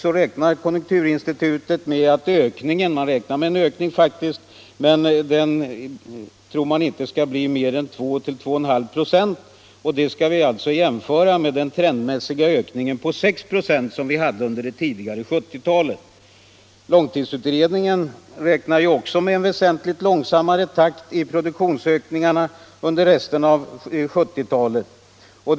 För år 1976 räknar konjunkturinstitutet faktiskt med en ökning, men man tror inte att den skall bli mer än 2-2,5 "6, som alltså bör jämföras med den trendmässiga ökning på 6 "0 som vi hade under det tidigare 1970-talet. Även långtidsutredningen räknar med en väsentligt långsammare takt i produktionsökningarna under resten av 1970-talet.